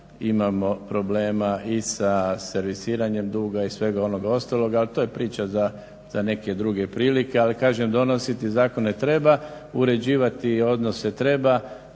imamo problema i sa servisiranjem duga i svega onog ostalog, ali to je priča za neke druge prilike. Ali kažem donositi zakone treba, uređivati odnose treba,